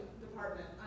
department